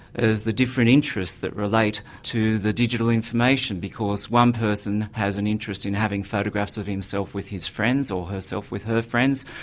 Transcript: is the different interests that relate to the digital information, because one person has an interest in having photographs of himself with his friends, or herself with her friends,